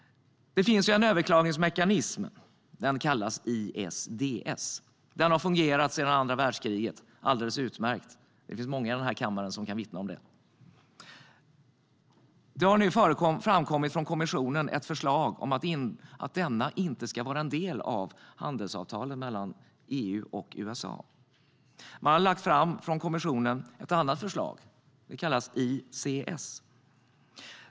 Det finns en överklagandemekanism. Den kallas ISDS. Den har fungerat alldeles utmärkt sedan andra världskriget. Det finns många i den här kammaren som kan vittna om det. Men det har nu kommit ett förslag från kommissionen att ISDS inte ska vara en del av handelsavtalet mellan EU och USA. Kommissionen har lagt fram ett annat förslag. Det kallas ICS.